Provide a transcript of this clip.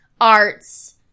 arts